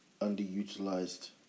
underutilized